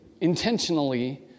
intentionally